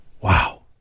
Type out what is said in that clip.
Wow